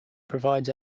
provides